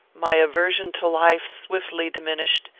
my aversion to life swiftly diminished,